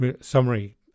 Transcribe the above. summary